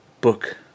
Book